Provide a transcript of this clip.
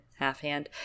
Halfhand